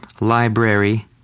library